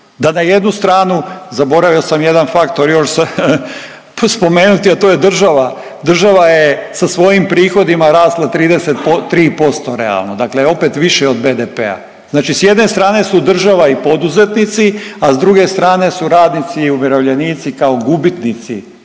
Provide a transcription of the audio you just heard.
da na jednu stranu, zaboravio sam jedan faktor još spomenuti, a to je država. Država je sa svojim prihodima rasla 33% realno, dakle opet više od BDP-a, znači s jedne strane su država i poduzetnici, a s druge strane su radnici i umirovljenici kao gubitnici